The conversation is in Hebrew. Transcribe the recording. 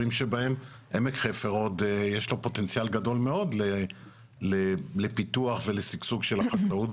עמק חפר עוד יש לה פוטנציאל גדול מאוד לפיתוח ושגשוג של החקלאות,